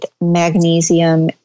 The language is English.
magnesium